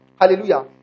hallelujah